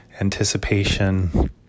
anticipation